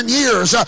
years